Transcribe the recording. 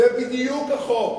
זה בדיוק החוק.